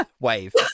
wave